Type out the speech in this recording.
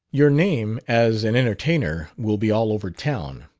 your name as an entertainer will be all over town!